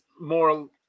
more